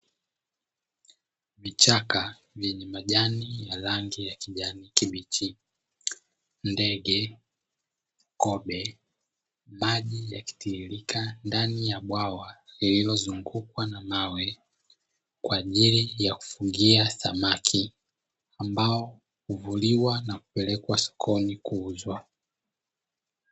Vichaka vyenye majani ya rangi ya kijani kibichi, ndege, kobe maji yakitiririka ndani ya bwawa lililozungukwa na mawe kwa ajili ya kufugia samaki ambao huvuliwa na kupelekwa sokoni kuuzwa.